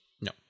No